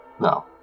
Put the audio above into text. No